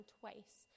twice